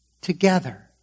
together